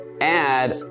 add